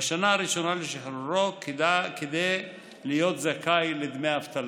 בשנה הראשונה אחרי שחרורו כדי להיות זכאי לדמי אבטלה.